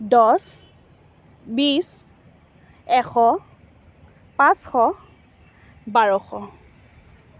দহ বিছ এশ পাঁচশ বাৰশ